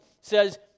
says